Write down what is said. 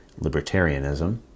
libertarianism